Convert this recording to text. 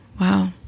Wow